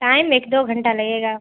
time ایک دو گھنٹہ لگے گا